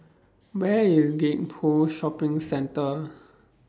Where IS Gek Poh Shopping Centre